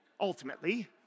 Ultimately